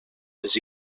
les